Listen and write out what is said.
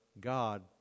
God